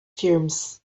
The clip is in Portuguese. firmes